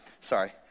Sorry